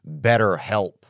BetterHelp